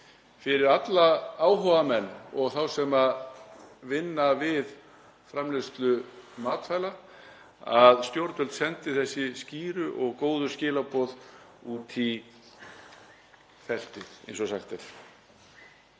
fyrir alla áhugamenn og þá sem vinna við framleiðslu matvæla að stjórnvöld sendi þessi skýru og góðu skilaboð út í feltið, eins og sagt er.